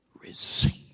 receive